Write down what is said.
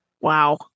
Wow